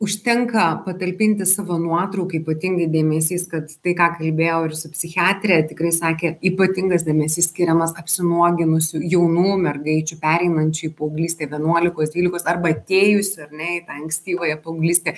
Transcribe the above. užtenka patalpinti savo nuotrauką ypatingai dėmesys kad tai ką kalbėjau ir su psichiatrė tikrai sakė ypatingas dėmesys skiriamas apsinuoginusių jaunų mergaičių pereinančiai paauglystę vienuolikos dvylikos arba atėjusių ar ne į tą ankstyvąją paauglystę